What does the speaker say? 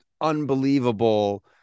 unbelievable